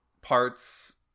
parts